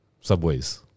subways